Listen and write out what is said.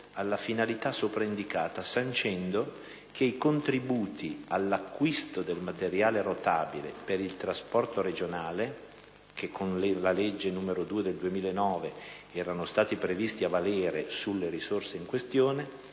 alla finalità sopra indicata, sancendo che i contributi all'acquisto del materiale rotabile per il trasporto regionale - che con la legge n. 2 del 2009 erano stati previsti a valere sulle risorse in questione